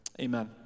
Amen